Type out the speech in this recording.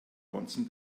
bonzen